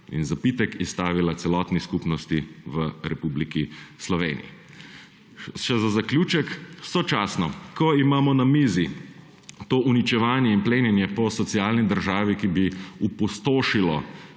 in zapitek izstavila celotni skupnosti v Republiki Sloveniji. Še za zaključek. Kaj še se sočasno, ko imamo na mizi to uničevanje in plenjenje po socialni državi, ki bi opustošilo